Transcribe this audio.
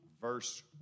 verse